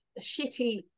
shitty